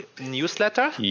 newsletter